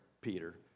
peter